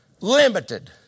Limited